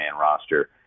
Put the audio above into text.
roster